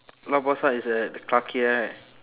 lau pa sat is at clarke quay right